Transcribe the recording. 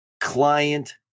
client